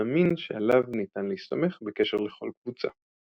אמין שעליו ניתן להסתמך בקשר לכל קבוצה.